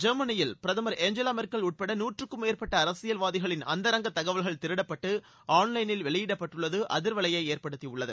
ஜெர்மனியில் பிரதமர் Angela Merkel உட்பட நூற்றுக்கும் மேற்பட்ட அரசியல்வாதிகளின் அந்தரங்க தகவல்கள் திருடப்பட்டு ஆன்லைளில் வெளியிடப்பட்டுள்ளது அதிர்வலையை ஏற்படுத்தியுள்ளது